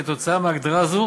כתוצאה מהגדרה זו